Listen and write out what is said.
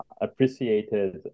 appreciated